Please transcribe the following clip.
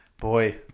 Boy